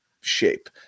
shape